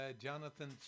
Jonathan